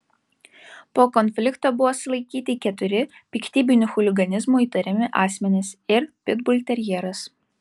po konflikto buvo sulaikyti keturi piktybiniu chuliganizmu įtariami asmenys ir pitbulterjeras